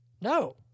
no